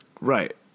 Right